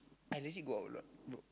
I lazy go out lah bro